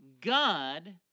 God